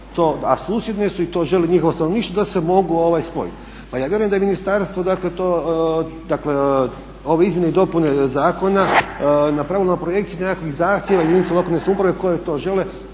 a susjedne su i to želi njihovo stanovništvo da se mogu spojiti. Pa ja vjerujem da je ministarstvo to, dakle ove izmjene i dopune zakona napravilo na projekciji tih nekakvih zahtjeva jedinica lokalne samouprave koje to žele